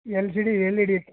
L C D L E D